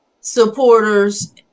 supporters